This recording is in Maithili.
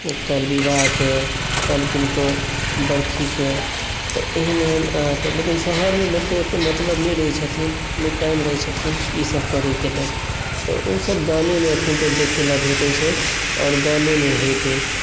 ओकर विवाहके काल्हि किनको बरषीके तऽ एहन एहन अहाँकेँ लेकिन शहरमे लेकिन ओतेक मतलब नहि रहैत छथिन नहि टाइम रहैत छथिन ईसभ करयके लेल तऽ ओसभ गामेमे अखन तक देखय लेल भेटैत छै आओर गामेमे होइत अछि